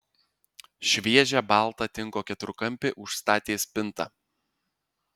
šviežią baltą tinko keturkampį užstatė spinta